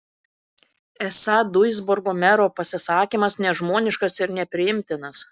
esą duisburgo mero pasisakymas nežmoniškas ir nepriimtinas